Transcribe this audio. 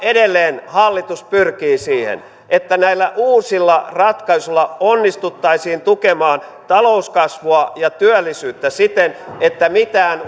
edelleen hallitus pyrkii siihen että näillä uusilla ratkaisuilla onnistuttaisiin tukemaan talouskasvua ja työllisyyttä siten että mitään